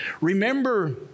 Remember